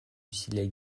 усилия